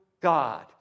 God